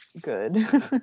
good